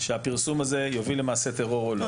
שהפרסום הזה יוביל למעשה טרור או לא.